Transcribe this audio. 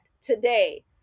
today